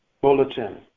Bulletin